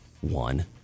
one